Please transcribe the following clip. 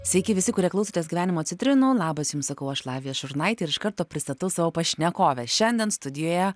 sveiki visi kurie klausotės gyvenimo citrinų labas jums sakau aš lavija šurnaitė ir iš karto pristatau savo pašnekovę šiandien studijoje